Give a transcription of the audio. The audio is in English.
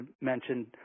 mentioned